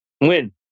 win